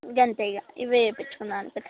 అంతేఇక ఇవే చేయించుకుందాం అనుకున్నా